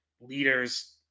leaders